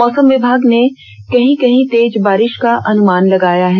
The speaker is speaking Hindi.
मौसम विभाग ने कहीं कहीं तेज बारिष का अनुमान लगाया है